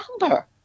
number